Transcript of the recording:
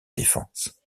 défense